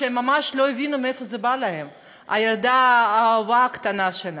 שממש לא הבינו מאיפה זה בא להם: הילדה האהובה הקטנה שלנו.